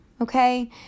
okay